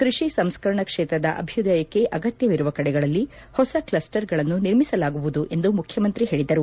ಕೃಷಿ ಸಂಸ್ಕರಣ ಕ್ಷೇತ್ರದ ಅಬ್ಯುದಯಕ್ಕೆ ಅಗತ್ಯವಿರುವ ಕಡೆಗಳಲ್ಲಿ ಹೊಸ ಕ್ಷಸ್ಟರ್ ಗಳನ್ನು ನಿರ್ಮಿಸಲಾಗುವುದು ಎಂದು ಮುಖ್ಯಮಂತ್ರಿ ಹೇಳಿದರು